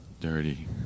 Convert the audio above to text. Dirty